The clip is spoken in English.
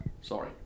Sorry